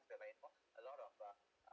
a lot of uh uh